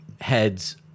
heads